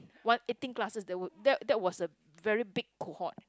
one eighteen classes there would that that was a very big cohort